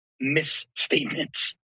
misstatements